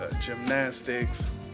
gymnastics